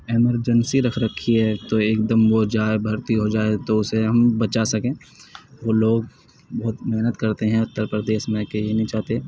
emergency رکھ رکھی ہے تو ایک دم وہ جائے بھرتی ہو جائے تو اسے ہم بچا سکیں وہ لوگ بہت محنت کرتے ہیں اتر پردیش میں کہ یہ نہیں چاہتے